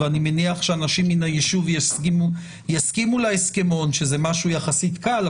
ואני מניח שאנשים מן היישוב יסכימו להסכמון שזה משהו יחסית קל,